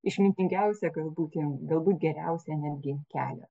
išmintingiausią galbūt galbūt geriausią netgi kelią